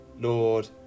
Lord